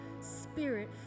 spirit